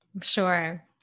sure